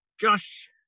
Josh